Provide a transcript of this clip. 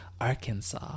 arkansas